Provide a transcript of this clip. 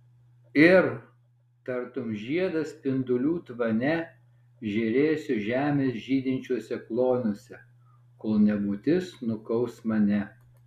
ir tartum žiedas spindulių tvane žėrėsiu žemės žydinčiuose kloniuose kol nebūtis nukaus mane